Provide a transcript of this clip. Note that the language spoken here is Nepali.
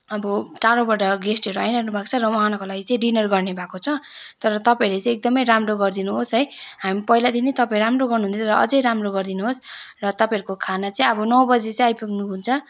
अब टाढोबाट गेस्टहरू आइरहनुभएको छ र उहाँहरूको लागि चाहिँ डिनर गर्ने भएको छ तर तपाँईहरूले चाहिँ एकदमै राम्रो गरिदिनुहोस् है हामी पहिलादेखि नै तपाईँ राम्रो गर्नु हुन्थ्यो तर अझै राम्रो गरिदिनुहोस् र तपाईँहरूको खाना चाहिँ नौ बजी चाहिँ आइपुग्नुहुन्छ